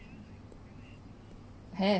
have